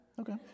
Okay